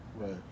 Right